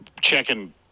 checking